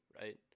right